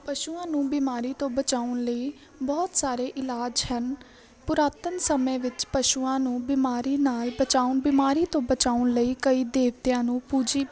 ਪਸ਼ੂਆਂ ਨੂੰ ਬਿਮਾਰੀ ਤੋਂ ਬਚਾਉਣ ਲਈ ਬਹੁਤ ਸਾਰੇ ਇਲਾਜ ਹਨ ਪੁਰਾਤਨ ਸਮੇਂ ਵਿੱਚ ਪਸ਼ੂਆਂ ਨੂੰ ਬਿਮਾਰੀ ਨਾਲ ਬਚਾਉਣ ਬਿਮਾਰੀ ਤੋਂ ਬਚਾਉਣ ਲਈ ਕਈ ਦੇਵਤਿਆਂ ਨੂੰ ਪੂਜੀ